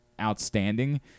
outstanding